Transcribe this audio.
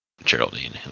Geraldine